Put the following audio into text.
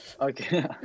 okay